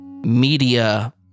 media